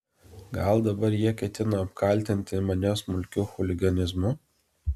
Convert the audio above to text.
gal dabar jie ketino apkaltinti mane smulkiu chuliganizmu